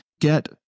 get